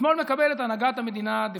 השמאל מקבל את הנהגת המדינה דה-פקטו,